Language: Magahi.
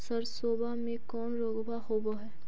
सरसोबा मे कौन रोग्बा होबय है?